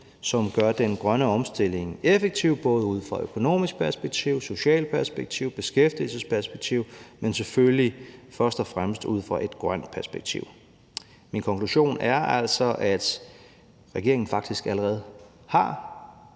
som gør den grønne omstilling effektiv ud fra et økonomisk perspektiv, et socialt perspektiv og et beskæftigelsesperspektiv, men selvfølgelig først og fremmest ud fra et grønt perspektiv. Min konklusion er altså, at regeringen faktisk allerede har